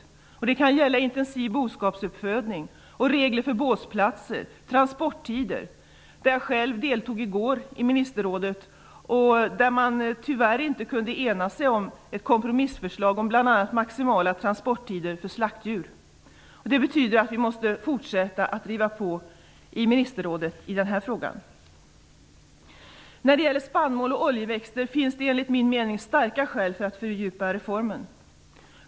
Det kan gälla intensiv boskapsuppfödning och regler för båsplatser och transporttider, där Ministerrådet i går där jag själv deltog tyvärr inte kunde ena sig om ett kompromissförslag om bl.a. maximala transporttider för slaktdjur. Det betyder att vi måste fortsätta att driva på i ministerrådet i denna fråga. När det gäller spannmål och oljeväxter finns det enligt min mening starka skäl för att fördjupa reformen.